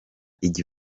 ijye